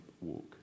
walk